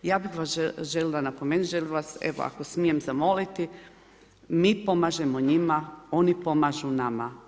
Ja bih vam željela napomenuti, želja bih vas ako smijem zamoliti, mi pomažemo njima, oni pomažu nama.